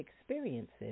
experiences